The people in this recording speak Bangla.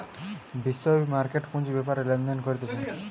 বিশ্বব্যাপী মার্কেট পুঁজি বেপারে লেনদেন করতিছে